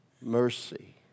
mercy